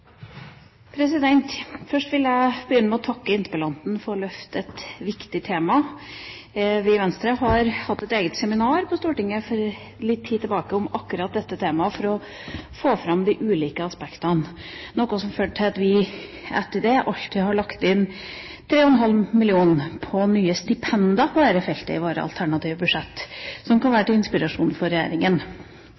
vil begynne med å takke interpellanten for å løfte fram et viktig tema. Vi i Venstre hadde et eget seminar på Stortinget for en tid tilbake om akkurat dette temaet for å få fram de ulike aspektene. Det førte til at vi etter det alltid har lagt inn 3,5 mill. kr til nye stipender på dette feltet i våre alternative budsjett, noe som kan være